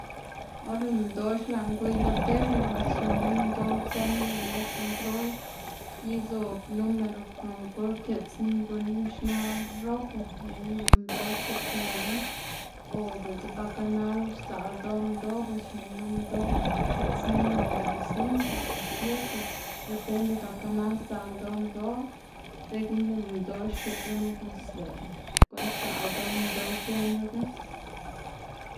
Or lëꞌ minndoꞌ xlaꞌn gwiy lo tele pues xnená lo minndoꞌ kwzën be lë control y zob numero nonga gol kiꞌts guꞌn xna rojo, dzekna lëꞌ minndoꞌ xkitsëwu o biꞌltsa ba kanal sdzaꞌl ldoꞌ minndoꞌ pues xnená lo minndoꞌ kiꞌts numero sinco o siete depende ba kanal sdzaꞌl ldoꞌ minndoꞌ, dzekna lëꞌ minndoꞌ xkiꞌts gunu pues lëꞌ guꞌn sdzaꞌl ldoꞌ minndoꞌ xienlaga.